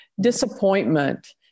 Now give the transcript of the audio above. Disappointment